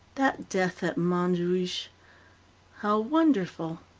that death at montjuich how wonderful,